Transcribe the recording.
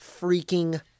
freaking